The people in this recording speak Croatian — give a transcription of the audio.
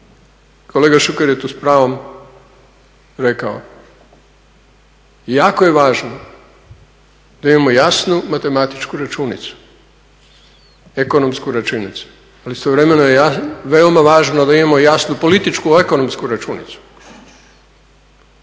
kolega Šuker je tu s pravom rekao, jako je važno da imamo jasnu matematičku računicu, ekonomsku računicu, ali istovremeno je jako važno da imamo jasnu političko-ekonomsku računicu.